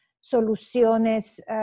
soluciones